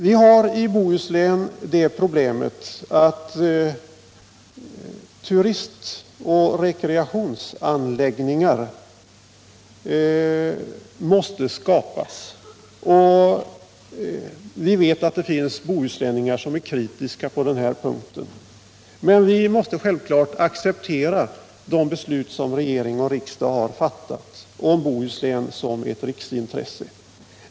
Vi har i Bohuslän det problemet att turistoch rekreationsanläggningar måste skapas, och vi vet att det finns bohuslänningar som är kritiska på den punkten. Men vi måste självklart acceptera de beslut som regering och riksdag har fattat om Bohuslän som ett riksintresse.